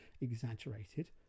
exaggerated